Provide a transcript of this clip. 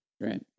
Right